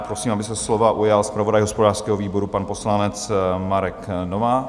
Prosím, aby se slova ujal zpravodaj hospodářského výboru, pan poslanec Marek Novák.